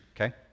okay